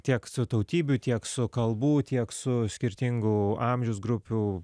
tiek su tautybių tiek su kalbų tiek su skirtingų amžiaus grupių